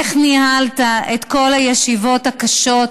איך ניהלת את כל הישיבות הקשות ברגישות,